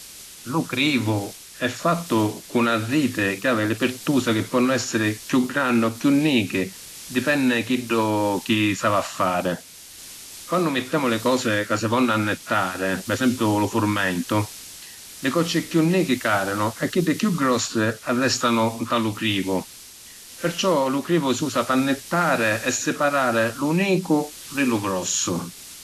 Lu crivu è fattu cu na riti chi havi li pirtusa chi ponni essiri chiù granni o chiù nichi, dipenni chiddu chi s’havi a fari. Quannu mittemu li cosi ca si vonnu annittàri, pi esempiu lu furmentu, li cocci chiù nichi cadinu e chiddi chiù grossi arrestanu nta lu crivu. Perciò lu crivu si usa p’annittàri e separari lu nicu di lu grossu.